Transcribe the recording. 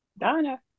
Donna